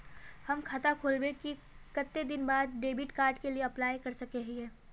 हम खाता खोलबे के कते दिन बाद डेबिड कार्ड के लिए अप्लाई कर सके हिये?